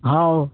ହଉ